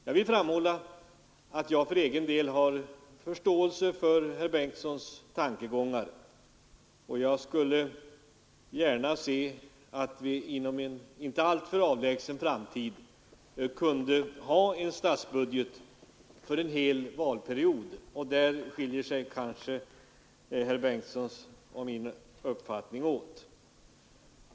Jag vill framhålla att jag har förståelse för herr Bengtsons tankegångar, och jag skulle gärna se att inom en inte alltför avlägsen framtid statsbudgeten skulle gälla för en hel valperiod. Det är väl om detta herr Bengtson och jag har skilda uppfattningar.